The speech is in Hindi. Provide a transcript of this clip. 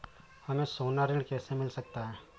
हमें सोना ऋण कैसे मिल सकता है?